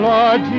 Lord